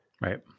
Right